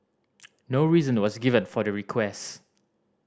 no reason was given for the request